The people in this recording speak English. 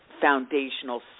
foundational